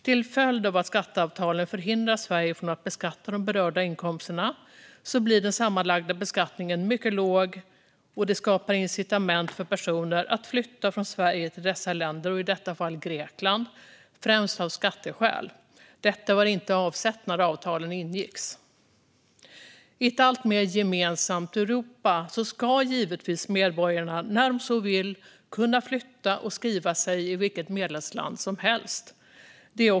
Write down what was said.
Till följd av att skatteavtalen förhindrar Sverige från att beskatta de berörda inkomsterna blir den sammanlagda beskattningen mycket låg, och det skapar incitament för personer att flytta från Sverige till dessa länder, i detta fall Grekland, av främst skatteskäl. Detta var inte avsikten när avtalen ingicks. I ett alltmer gemensamt Europa ska givetvis medborgarna, när de så vill, kunna flytta och skriva sig i vilket medlemsland som helst.